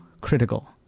critical